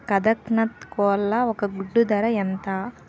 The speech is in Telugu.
కదక్నత్ కోళ్ల ఒక గుడ్డు ధర ఎంత?